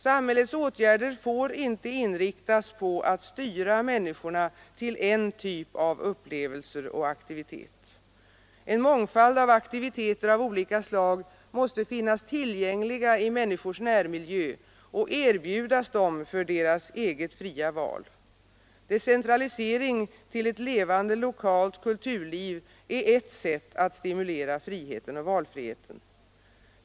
Samhällets åtgärder får inte inriktas på att styra människorna till en typ av upplevelser och aktiviteter. En mångfald av aktiviteter av olika slag måste finnas tillgängliga i människors närmiljö och erbjudas dem för deras eget fria val. Decentralisering till ett levande lokalt kulturliv är ett sätt att stimulera friheten och valfriheten.